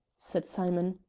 said simon.